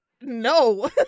No